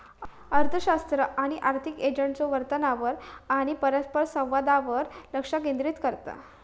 अर्थशास्त्र आर्थिक एजंट्सच्यो वर्तनावर आणि परस्परसंवादावर लक्ष केंद्रित करता